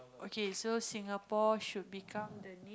okay so Singapore should become the next